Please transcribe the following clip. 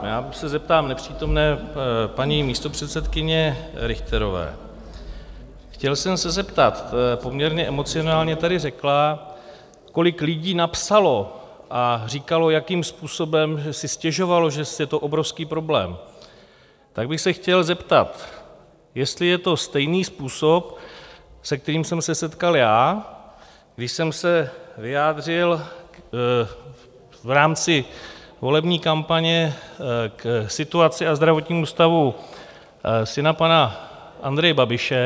Já se zeptám nepřítomné paní místopředsedkyně Richterové, chtěl jsem se zeptat, poměrně emocionálně tady řekla, kolik lidí napsalo a říkalo, jakým způsobem si stěžovalo, že je to obrovský problém, tak bych se chtěl zeptat, jestli je to stejný způsob, se kterým jsem se setkal já, když jsem se vyjádřil v rámci volební kampaně k situaci a zdravotnímu stavu syna pana Andreje Babiše.